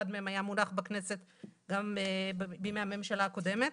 אחד מהם היה מונח בכנסת גם מימי הממשלה הקודמת.